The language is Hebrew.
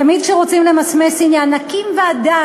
תמיד כשרוצים למסמס עניין: נקים ועדה,